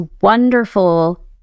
wonderful